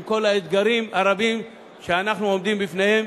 עם כל האתגרים הרבים שאנחנו עומדים בפניהם.